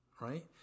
right